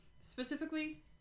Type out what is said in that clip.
specifically